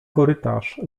korytarz